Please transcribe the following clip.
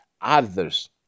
others